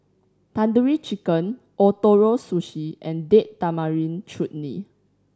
Tandoori Chicken Ootoro Sushi and Date Tamarind Chutney